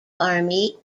army